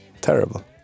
Terrible